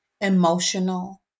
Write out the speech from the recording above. emotional